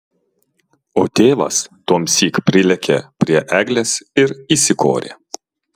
o tėvas tuomsyk prilėkė prie eglės ir įsikorė